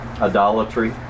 Idolatry